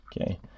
Okay